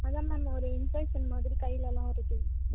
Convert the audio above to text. அதுதான் மேம் ஒரு இன்ஃபெக்ஷன் மாதிரி கைலெலாம் வருது